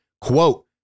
Quote